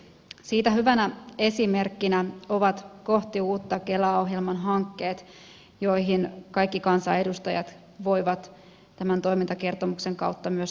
siitä hyvänä esimerkkinä ovat kohti uutta kelaa ohjelman hankkeet joihin kaikki kansanedustajat voivat tämän toimintakertomuksen kautta myös tutustua